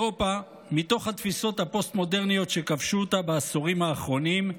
מתוך התפיסות הפוסט-מודרניות שכבשו אותה בעשורים האחרונים,